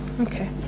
Okay